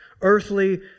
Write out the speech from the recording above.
earthly